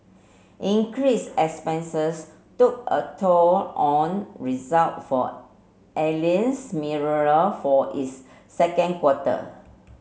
increased expenses took a toll on result for Alliance Mineral for its second quarter